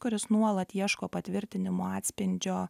kuris nuolat ieško patvirtinimo atspindžio